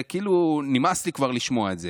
שכבר נמאס לי לשמוע את זה,